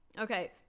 okay